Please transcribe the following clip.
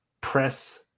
press